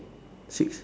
six